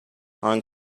hong